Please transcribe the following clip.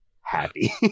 Happy